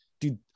dude